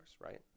right